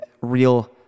real